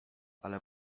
ale